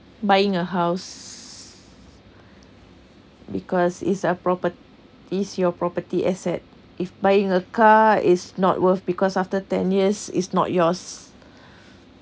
buying a house because is a property is your property asset if buying a car is not worth because after ten years is not yours